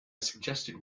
suggested